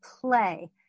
play